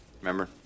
Remember